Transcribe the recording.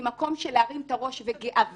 ממקום של להרים את הראש בגאווה.